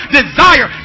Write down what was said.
desire